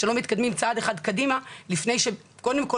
שלא מתקדמים צעד אחד קדימה לפני שקודם כל